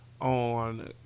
on –